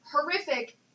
horrific